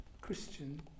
Christian